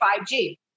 5G